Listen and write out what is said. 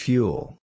Fuel